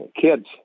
kids